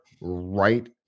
right